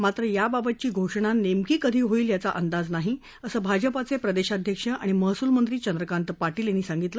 मात्र याबाबतची घोषणा नेमकी कधी होईल याचा अंदाज नाही असं भाजपाचे प्रदेशाध्यक्ष आणि महसूल मंत्री चंद्रकांत पाटील यांनी सांगितलं